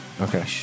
Okay